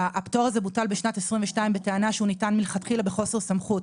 הפטור הזה בוטל בשנת 2022 בטענה שהוא ניתן מלכתחילה בחוסר סמכות.